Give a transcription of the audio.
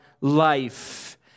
life